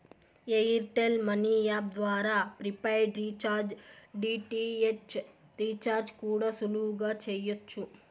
air tell money app ద్వారా prepaid recharge, DTH recharge కూడా సులువుగా చెయ్యచ్చు